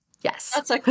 yes